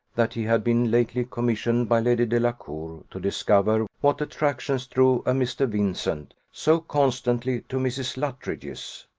that he had been lately commissioned, by lady delacour, to discover what attractions drew a mr. vincent so constantly to mrs. luttridge's